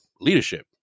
leadership